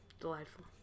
delightful